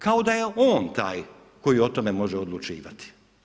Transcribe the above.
Kao da je on taj koji o tome može odlučivati.